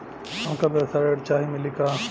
हमका व्यवसाय ऋण चाही मिली का?